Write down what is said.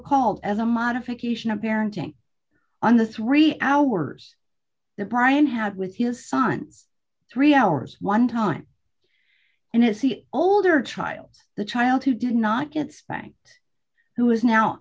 called as a modification of parenting on the three hours that brian had with his son three hours one time and it's the older child the child who did not get spanked who is now